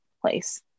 place